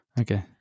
Okay